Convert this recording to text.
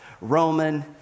Roman